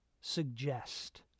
suggest